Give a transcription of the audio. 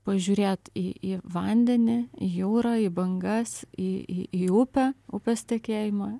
pažiūrėt į į vandenįį jūrą į bangas į į į upę upės tekėjimą